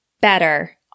better